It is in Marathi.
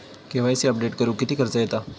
के.वाय.सी अपडेट करुक किती खर्च येता?